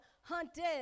hunted